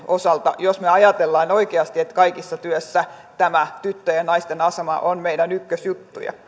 osalta jos me ajattelemme oikeasti että kaikessa työssä tämä tyttöjen ja naisten asema on meidän ykkösjuttuja